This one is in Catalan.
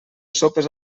sopes